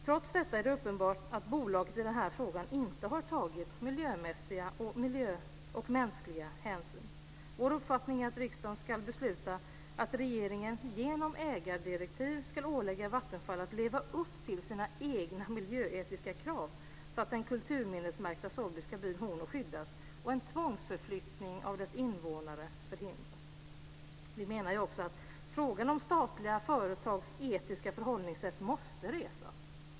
Trots detta är det uppenbart att bolaget i den här frågan inte har tagit miljömässiga och mänskliga hänsyn. Vår uppfattning är att riksdagen ska besluta att regeringen genom ägardirektiv ska ålägga Vattenfall att leva upp till sina egna miljöetiska krav, så att den kulturminnesmärkta sorbiska byn Horno skyddas och en tvångsförflyttning av dess invånare förhindras. Vi menar också att frågan om statliga företags etiska förhållningssätt måste resas.